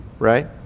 right